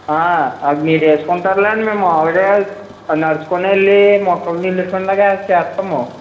అది మీరేసుకుంటారులే మేము మాములుగా నడుచుకొని వెళ్లి మొక్కలకు నీళ్ళేసుకొనేలాగా చేస్తాము